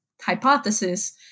hypothesis